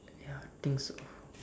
ya I think so